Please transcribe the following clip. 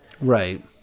Right